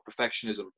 perfectionism